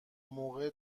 موقع